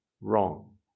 wrong